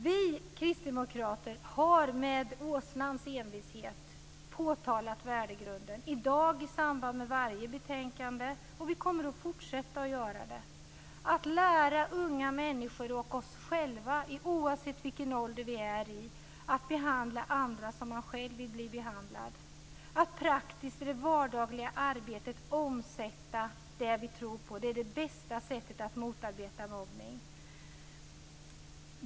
Vi kristdemokrater har med åsnans envishet betonat värdegrunden, i dag i samband med varje betänkande, och vi kommer att fortsätta att göra det. Att lära unga människor och oss själva, oavsett vilken ålder vi är i, att behandla andra som man själv vill bli behandlad, att praktiskt i det vardagliga arbetet omsätta det vi tror på, är det bästa sättet att motarbeta mobbning.